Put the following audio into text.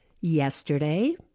yesterday